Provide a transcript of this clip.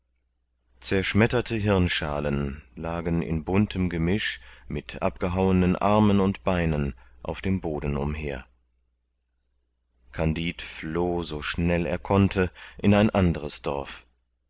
zerschmetterte hirnschalen lagen in buntem gemisch mit abgehauenen armen und beinen auf dem boden umher kandid floh so schnell er konnte in ein andres dorf